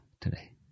today